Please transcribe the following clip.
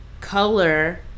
color